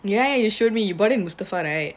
ya you showed me you bought it at mustafa right right